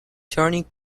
turning